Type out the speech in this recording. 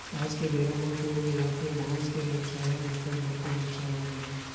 आज के बेरा म कुल मिलाके के मांस के बेवसाय ह बिकट बड़का बेवसाय होगे हे